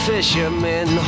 fishermen